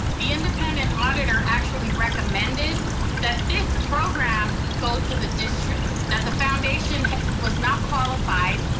the independent auditor actually recommended that this program go to the district, that the foundation was not qualified,